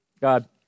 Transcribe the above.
God